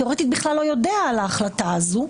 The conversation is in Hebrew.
תיאורטית בכלל לא יודעים על ההחלטה הזאת.